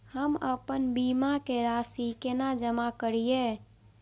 हम आपन बीमा के राशि केना जमा करिए?